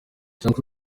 claude